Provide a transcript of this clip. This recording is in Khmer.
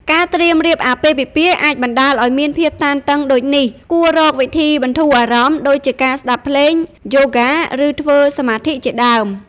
ការត្រៀមរៀបអាពាហ៍ពិពាហ៍អាចបណ្តាលឱ្យមានភាពតានតឹងដូចនេះ គួររកវិធីបន្ធូរអារម្មណ៍ ដូចជាការស្តាប់ភ្លេង យូហ្គា ឬធ្វើសមាធិជាដើម ។